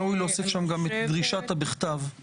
ראוי להוסיף שם את דרישת ה"בכתב".